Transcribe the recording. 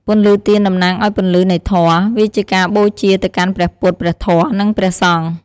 ពន្លឺទៀនតំណាងឲ្យពន្លឺនៃធម៌ វាជាការបូជាទៅកាន់ព្រះពុទ្ធ ព្រះធម៌ និងព្រះសង្ឃ។